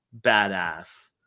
badass